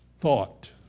thought